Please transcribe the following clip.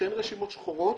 שאין רשימות שחורות,